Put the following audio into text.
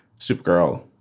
Supergirl